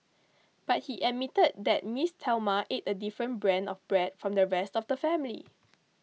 but he admitted that Miss Thelma eat a different brand of bread from the rest of the family